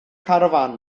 garafán